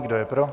Kdo je pro?